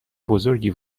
بزرگی